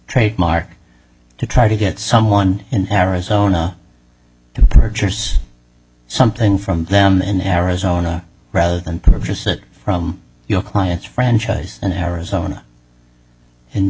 trademark to try to get someone in arizona temperatures something from them in arizona rather than purchase it from your client's franchise in arizona and